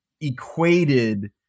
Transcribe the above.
equated